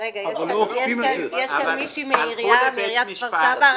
יש כאן מישהי מעיריית כפר סבא.